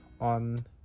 on